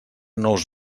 nous